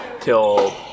till